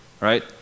right